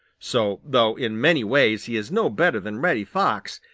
so, though in many ways he is no better than reddy fox,